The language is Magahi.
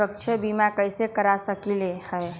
स्वाथ्य बीमा कैसे करा सकीले है?